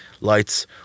Lights